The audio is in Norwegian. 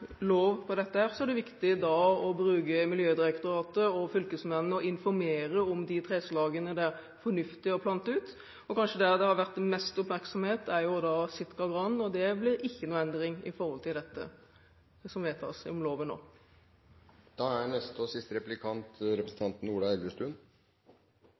lov for dette, er det viktig å bruke Miljødirektoratet og fylkesmennene og informere om de treslagene det er fornuftig å plante ut. Der har det kanskje vært mest oppmerksomhet når det gjelder sitkagranen, og det blir ikke noen endring i loven som vedtas nå med tanke på den. Dette blir i forlengelsen av Eidsvoll Holmås’ spørsmål om det er